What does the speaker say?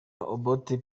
obote